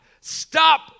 Stop